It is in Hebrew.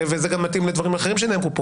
וזה גם מתאים לדברים אחרים שנאמרו פה